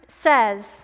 says